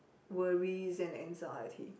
worries and anxiety